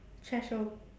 threshold